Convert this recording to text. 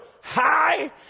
high